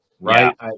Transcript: right